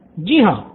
student जी हाँ